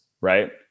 right